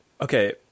Okay